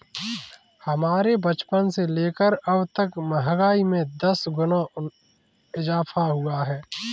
हमारे बचपन से लेकर अबतक महंगाई में दस गुना इजाफा हुआ है